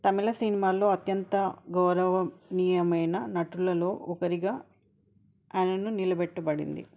తమిళ సినిమాల్లో అత్యంత గౌరవనీయమైన నటులలో ఒకరిగా ఆయనను నిలబెట్టబడింది